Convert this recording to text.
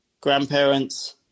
grandparents